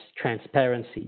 transparency